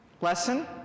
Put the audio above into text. Lesson